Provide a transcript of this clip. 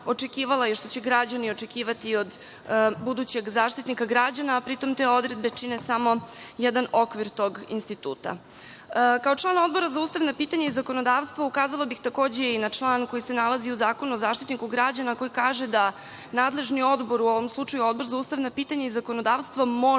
i što će građani očekivati od budućeg Zaštitnika građana, a pri tome te odredbe čine samo jedan okvir tog instituta. Kao član Odbora za ustavna pitanja i zakonodavstvo, ukazala bih takođe i na član koji se nalazi u Zakonu o Zaštitniku građana, a koji kaže da nadležni odbor, u ovom slučaju Odbor za ustavna pitanja i zakonodavstvo, može